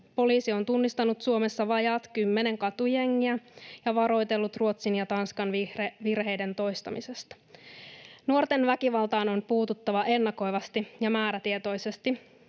Poliisi on tunnistanut Suomessa vajaat kymmenen katujengiä ja varoitellut Ruotsin ja Tanskan virheiden toistamisesta. Nuorten väkivaltaan on puututtava ennakoivasti ja määrätietoisesti.